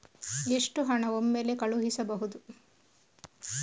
ಎಷ್ಟು ಹಣ ಒಮ್ಮೆಲೇ ಕಳುಹಿಸಬಹುದು?